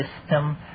system